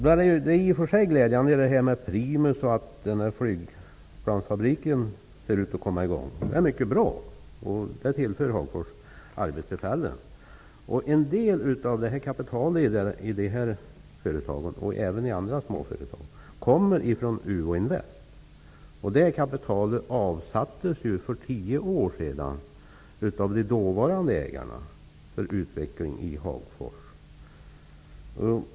Det statsrådet säger om Primus och om att flygplansfabriken ser ut att komma i gång är i och för sig glädjande. Det är mycket bra. Det tillför En del av kapitalet i de här företagen och även i andra småföretag kommer från Uvån Invest. Det kapitalet avsattes för tio år sedan för utveckling i Hagfors av de dåvarande ägarna.